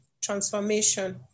transformation